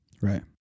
Right